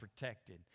protected